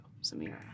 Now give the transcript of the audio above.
Samira